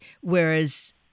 whereas